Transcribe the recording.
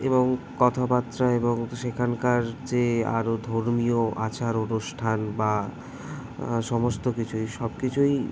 এবং কথাবার্তা এবং সেখানকার যে আরও ধর্মীয় আচার অনুষ্ঠান বা সমস্ত কিছুই সবকিছুই